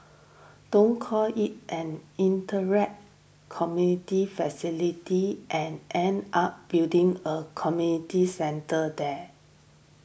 don't call it an community facility and end up building a community centre there